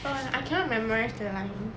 oh and I cannot memorise the lines